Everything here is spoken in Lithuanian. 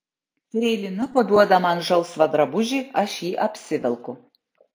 freilina paduoda man žalsvą drabužį aš jį apsivelku